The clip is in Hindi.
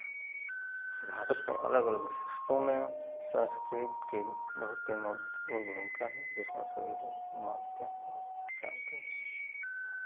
भारत में अलग अलग हिस्सों में संस्कृत के बहुत ही महत्वपूर्ण भूमिका है जिसमें सभी लोग मानते हैं और पहचानते हैं